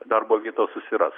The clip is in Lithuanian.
darbo vietos susiras